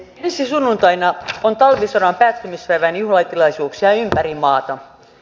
ensi sunnuntaina on talvisodan päättymispäivän juhlatilaisuuksia ympäri maata